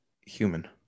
human